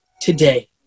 today